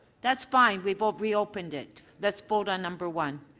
that's fine. we've ah reopened it. let's vote on number one.